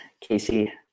Casey